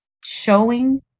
showing